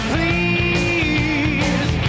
Please